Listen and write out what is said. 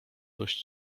dosyć